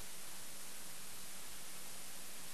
וחברי